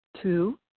Two